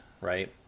right